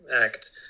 act